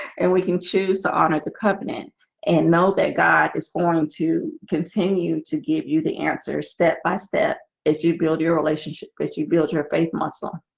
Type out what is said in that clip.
and we can choose to honor the covenant and know that god is going to continue to give you the answer step-by-step if you build your relationship that you build your faith muscle